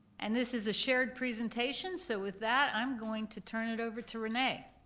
and, this is a shared presentation, so with that, i'm going to turn it over to rene.